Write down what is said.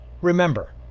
Remember